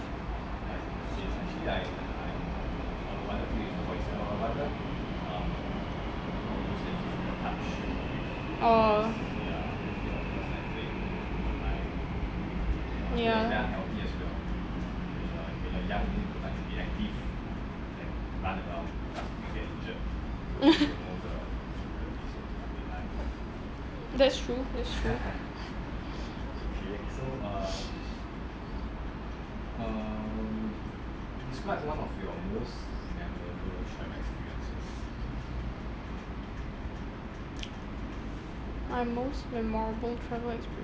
oh yeah that's true that's true my most memorable travel experience